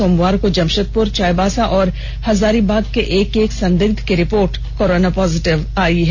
सोमवार को जमशेदपुर चाईबासा और हजारीबाग के एक एक संदिग्ध की रिपोर्ट कोरोना पॉजिटिव आई है